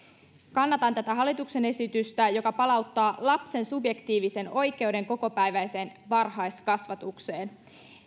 kannatan tätä hallituksen esitystä joka palauttaa lapsen subjektiivisen oikeuden kokopäiväiseen varhaiskasvatukseen